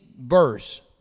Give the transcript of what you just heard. verse